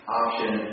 option